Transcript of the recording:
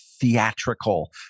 theatrical